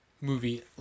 movie